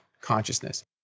consciousness